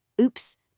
Oops